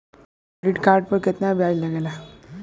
Credit card पर कितना ब्याज लगेला?